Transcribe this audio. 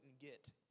get